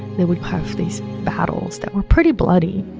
they would have these battles that were pretty bloody